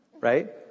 right